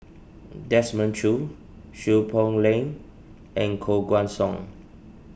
Desmond Choo Seow Poh Leng and Koh Guan Song